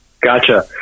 Gotcha